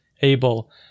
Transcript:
able